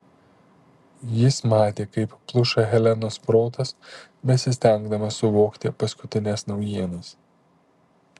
jis matė kaip pluša helenos protas besistengdamas suvokti paskutines naujienas